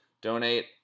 donate